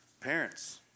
Parents